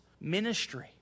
ministry